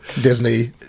Disney